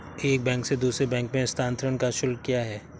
एक बैंक से दूसरे बैंक में स्थानांतरण का शुल्क क्या है?